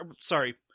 sorry